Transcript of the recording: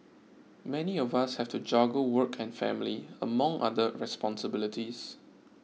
many of us have to juggle work and family among other responsibilities